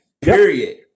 period